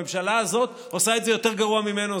הממשלה הזאת עושה את זה יותר גרוע ממנו,